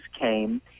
came